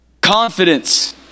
Confidence